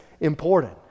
important